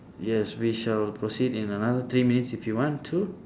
yes we shall proceed in another three minutes if you want to